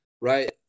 right